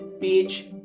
Page